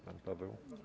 Pan Paweł?